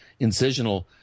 incisional